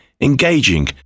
engaging